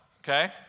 okay